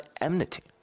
enmity